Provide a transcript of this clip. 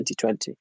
2020